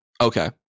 Okay